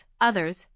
others